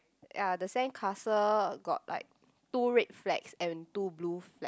ya the sandcastle got like two red flags and two blue flag